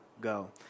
go